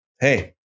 Hey